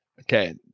Okay